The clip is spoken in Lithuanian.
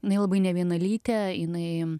labai nevienalytė jinai